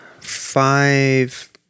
five